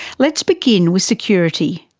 let's begin with security.